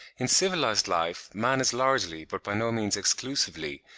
in civilised life man is largely, but by no means exclusively,